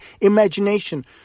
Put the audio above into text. imagination